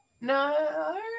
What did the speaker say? No